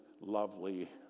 lovely